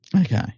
Okay